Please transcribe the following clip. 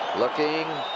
looking.